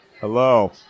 Hello